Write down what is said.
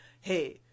hey